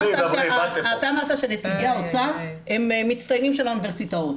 אתה אמרת שנציגי האוצר מצטיינים של האוניברסיטאות.